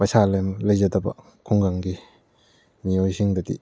ꯄꯩꯁꯥ ꯂꯩꯖꯗꯕ ꯈꯨꯡꯒꯪꯒꯤ ꯃꯤꯑꯣꯏꯁꯤꯡꯗꯗꯤ